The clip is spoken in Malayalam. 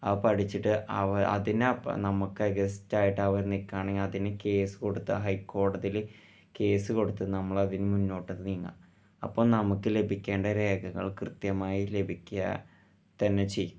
ആ പഠിച്ചിട്ട് അതിനെ നമ്മൾക്ക് എഗസ്റ്റായിട്ട് അവർ നിൽക്കാണെങ്കിൽ അതിനെ കേസ് കൊടുത്താൽ ഹൈ കോടതിയിൽ കേസ് കൊടുത്ത് നമ്മളതിന് മുന്നോട്ടത് നീങ്ങാം അപ്പം നമുക്ക് ലഭിക്കേണ്ട രേഖകൾ കൃത്യമായി ലഭിക്കുക തന്നെ ചെയ്യും